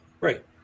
Right